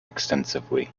extensively